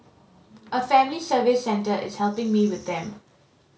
a family service centre is helping me with them